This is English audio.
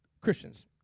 Christians